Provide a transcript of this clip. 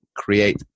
create